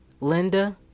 Linda